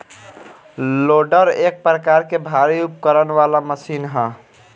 loader एक प्रकार के भारी उपकरण वाला मशीन ह